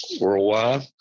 worldwide